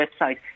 website